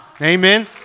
Amen